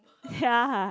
ya